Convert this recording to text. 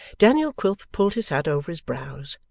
daniel quilp pulled his hat over his brows,